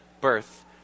birth